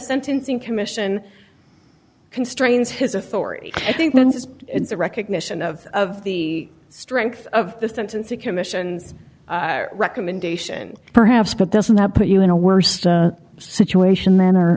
sentencing commission constrains his authority i think it's a recognition of of the strength of the sentencing commission's recommendation perhaps but doesn't that put you in a worst situation then or